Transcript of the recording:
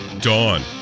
Dawn